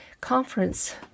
conference